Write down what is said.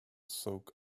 soak